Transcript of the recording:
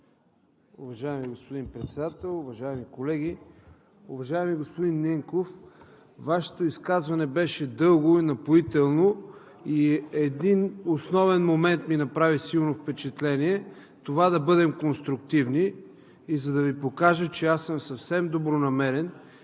Уважаеми господин Председател, уважаеми колеги! Уважаеми господин Ненков, Вашето изказване беше дълго и напоително и един основен момент ми направи силно впечатление – да бъдем конструктивни. И за да Ви покажа, че аз съм съвсем добронамерен